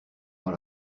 dans